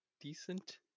Decent